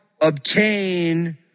obtain